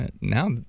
now